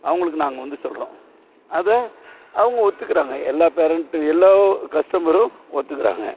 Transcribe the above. அவங்களுக்கு நாங்கள் வந்து சொல்கிறோம் அதை அவங்க ஒத்துக்கிறாங்க எல்லா பேரண்ட் எல்லா கஸ்டமரும் ஒத்துக்கிறாங்க